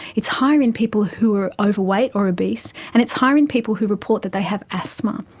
it's higher in people who are overweight or obese, and it's higher in people who report that they have asthma.